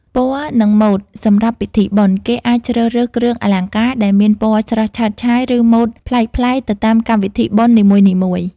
ពណ៌ និង ម៉ូដសម្រាប់ពិធីបុណ្យ គេអាចជ្រើសរើសគ្រឿងអលង្ការដែលមានពណ៌ស្រស់ឆើតឆាយ ឬ ម៉ូដប្លែកៗទៅតាមកម្មវិធីបុណ្យនីមួយៗ។